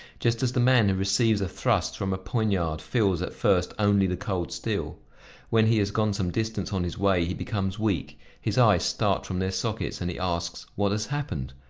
just as the man who receives a thrust from a poignard feels, at first only the cold steel when he has gone some distance on his way he becomes weak, his eyes start from their sockets and he asks what has happened.